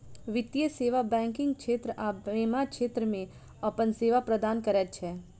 वित्तीय सेवा बैंकिग क्षेत्र आ बीमा क्षेत्र मे अपन सेवा प्रदान करैत छै